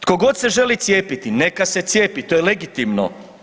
Tko god se želi cijepiti, neka se cijepi, to je legitimno.